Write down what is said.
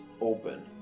open